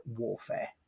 warfare